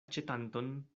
aĉetanton